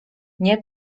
nie